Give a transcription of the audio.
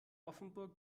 offenburg